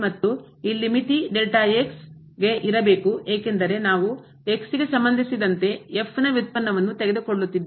ಮತ್ತೆ ಮಿತಿ ಗೆ ಇರಬೇಕು ಏಕೆಂದರೆ ನಾವು x ಗೆ ಸಂಬಂಧಿಸಿದಂತೆ f ನ ವ್ಯುತ್ಪನ್ನವನ್ನು ತೆಗೆದುಕೊಳ್ಳುತ್ತಿದ್ದೇವೆ